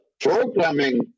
programming